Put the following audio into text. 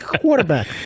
quarterback